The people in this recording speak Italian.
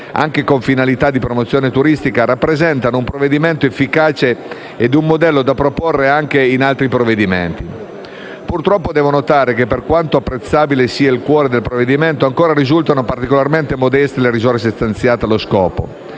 anche con finalità di promozione turistica, rappresentano un provvedimento efficace ed un modello da proporre anche in altri provvedimenti. Purtroppo devo notare che, per quanto apprezzabile sia il cuore del provvedimento, ancora risultano particolarmente modeste le risorse stanziate allo scopo: